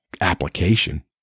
application